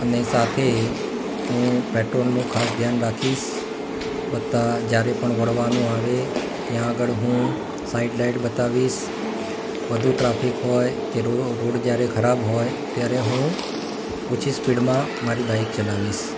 અને સાથે હું પેટ્રોલનું ખાસ ધ્યાન રાખીશ વત્તા જયારે પણ વળવાનું આવે ત્યાં આગળ હું સાઈડ લાઈટ બતાવીશ વધુ ટ્રાફિક હોય કે રો રોડ જયારે ખરાબ હોય ત્યારે હું ઓછી સ્પીડમાં મારી બાઈક ચલાવીશ